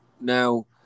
Now